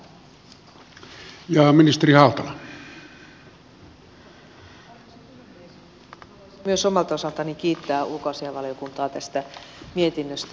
haluaisin myös omalta osaltani kiittää ulkoasiainvaliokuntaa tästä mietinnöstä